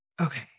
Okay